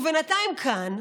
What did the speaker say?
ובינתיים כאן,